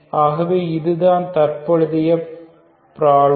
ஆகவே இதுதான் தற்போதைய பிராப்ளம்